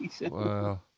Wow